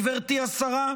גברתי השרה?